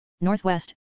northwest